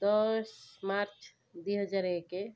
ଦଶ ମାର୍ଚ୍ଚ ଦୁଇହଜାର ଏକ